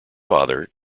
father